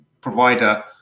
provider